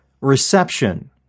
Reception